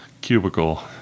cubicle